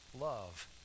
love